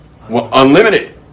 Unlimited